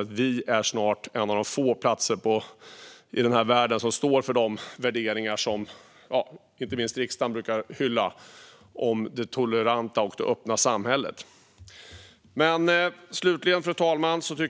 Europa är nämligen snart en av få platser i världen som står för de värderingar som inte minst riksdagen brukar hylla: det toleranta och öppna samhället. Fru talman! Regeringen